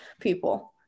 people